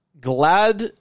glad